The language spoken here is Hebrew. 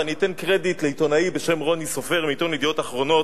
ואני אתן קרדיט לעיתונאי בשם רוני סופר מעיתון "ידיעות אחרונות",